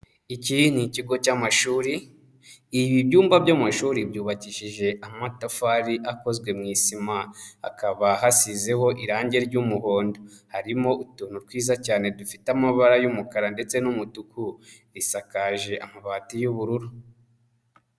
Iki ni ikigo cy'amashuri, ibi byumba by'amashuri byubakishije amatafari akozwe mu isima. Hakaba hasizeho irangi ry'umuhondo. Harimo utuntu twiza cyane dufite amabara y'umukara ndetse n'umutuku. Bisakaje amabati y'ubururu.